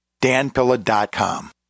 danpilla.com